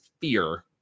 fear